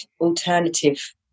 alternative